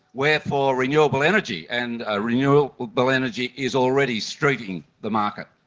we are for renewable energy. and ah renewable but energy is already streaking the market.